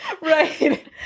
Right